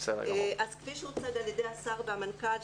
כפי שהוצג על ידי השר והמנכ"ל,